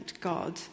God